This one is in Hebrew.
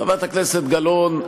חברת הכנסת גלאון,